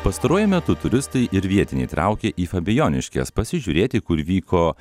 pastaruoju metu turistai ir vietiniai traukė į fabijoniškes pasižiūrėti kur vyko